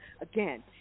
again